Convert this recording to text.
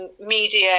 media